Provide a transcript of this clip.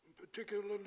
Particularly